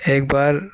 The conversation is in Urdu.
ایک بار